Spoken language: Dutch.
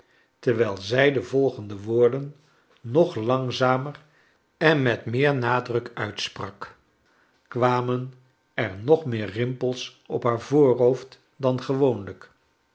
terwijl zij de volgende woorden nog langzamer en met meer nadruk uitsprak kwamen er nog meer rimpels op haar voorhoofd dan gewoonlijk